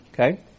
Okay